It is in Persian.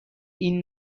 این